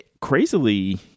Crazily